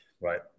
Right